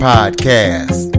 Podcast